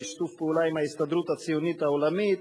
בשיתוף פעולה עם ההסתדרות הציונית העולמית.